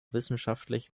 wissenschaftlich